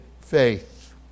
faith